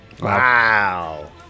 Wow